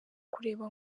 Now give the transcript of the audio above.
kureba